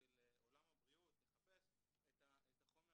עולם הבריאות לחפש את החומר